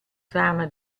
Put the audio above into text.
trama